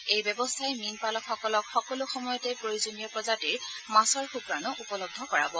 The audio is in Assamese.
এই ব্যৱস্থাই মীন পালকসকলক সকলো সময়তে প্ৰয়োজনীয় প্ৰজাতিৰ মাছৰ শুক্ৰানূ উপলব্ধ কৰাব